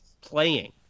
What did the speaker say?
playing